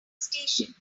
station